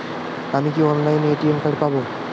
আমি কি অনলাইনে এ.টি.এম কার্ড পাব?